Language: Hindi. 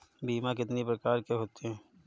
बीमा कितनी प्रकार के होते हैं?